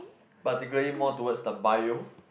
particularly more towards the Bio